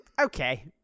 okay